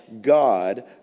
God